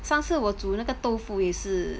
上次我煮那个豆腐也是